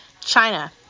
China